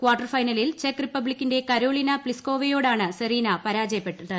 quarter ഫൈനലിൽ ചെക്ക് റിപ്പബ്ലിക്കിന്റെ കരോളിന പ്ലിസ്ക്കോവയോടാണ് സെറീന പരാജയപ്പെട്ടത്